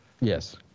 Yes